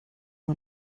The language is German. man